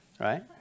right